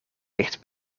licht